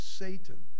satan